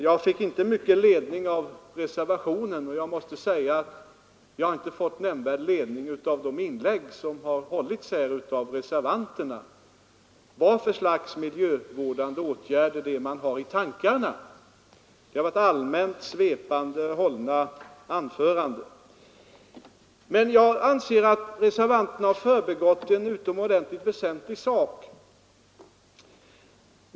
Jag fick inte mycket ledning av reservationen, och jag måste säga att jag har inte fått nämnvärd ledning heller av de inlägg som har hållits här av reservanterna när det gäller vad slags miljövårdande åtgärder man har i tankarna. Det har varit svepande, allmänt hållna anföranden. Men jag anser att reservanterna har förbigått en utomordentligt väsentlig sak.